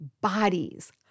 bodies